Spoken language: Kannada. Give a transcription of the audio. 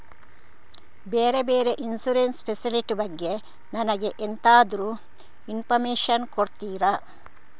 ಬೇರೆ ಬೇರೆ ಇನ್ಸೂರೆನ್ಸ್ ಫೆಸಿಲಿಟಿ ಬಗ್ಗೆ ನನಗೆ ಎಂತಾದ್ರೂ ಇನ್ಫೋರ್ಮೇಷನ್ ಕೊಡ್ತೀರಾ?